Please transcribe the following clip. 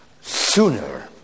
sooner